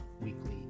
Weekly